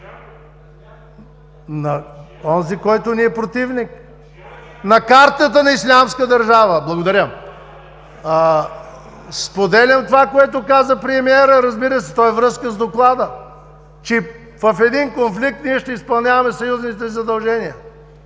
На онзи, който ни е противник, на картата на „Ислямска държава“. Благодаря. Споделям това, което каза премиерът, разбира се, то е във връзка с Доклада – че в един конфликт ние ще изпълняваме съюзническите си задължения